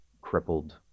crippled